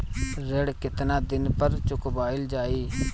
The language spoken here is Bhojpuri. ऋण केतना दिन पर चुकवाल जाइ?